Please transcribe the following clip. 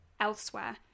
elsewhere